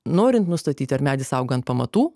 norint nustatyti ar medis auga ant pamatų